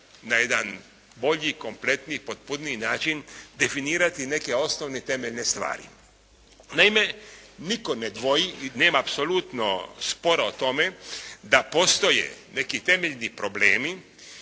na jedan bolji, kompletniji, potpuniji način definirati neke osnovne, temeljne stvari. Naime, nitko ne dvoji, nema apsolutno spora o tome da postoje neki temeljni problemi